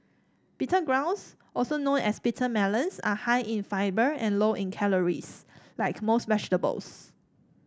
bitter gourds also known as bitter melons are high in fibre and low in calories like most vegetables